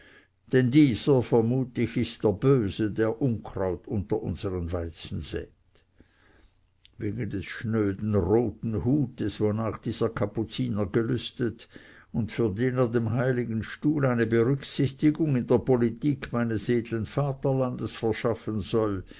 denn dieser vermut ich ist der böse der unkraut unter unsern weizen sät wegen des schnöden roten hutes wonach dieser kapuziner gelüstet und für den er dem heiligen stuhle eine berücksichtigung in der politik meines edlen vaterlandes verschaffen soll